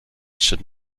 should